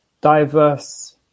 diverse